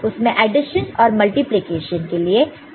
उसमें एडिशन और मल्टीप्लिकेशन के लिए इन्वर्स भी नहीं है